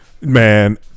man